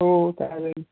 हो चालेल